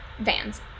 Vans